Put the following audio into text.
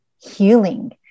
healing